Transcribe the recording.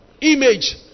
image